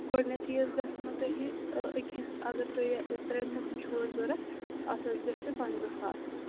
گۄڈٕنٮ۪تھٕے حظ گژھنو تۄہہِ أکِس اگر تۄہہِ ترٛٮ۪ن دۄہَن چھُو حظ ضوٚرَتھ اَتھ حظ گژھِ پَنٛژاہ ساس حظ